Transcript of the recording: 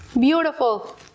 beautiful